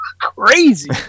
crazy